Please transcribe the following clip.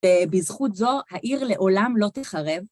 בזכות זו, העיר לעולם לא תחרב.